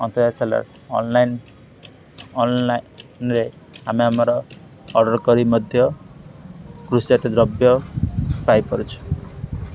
ଆନ୍ତର୍ଜାତିକ seller online ଅନଲାଇନରେ ଆମେ ଆମର ଅର୍ଡ଼ର କରି ମଧ୍ୟ କୃଷି ଜାତୀୟ ଦ୍ରବ୍ୟ ପାଇପାରୁଛୁ